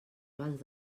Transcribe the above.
abans